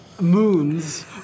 moons